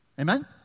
Amen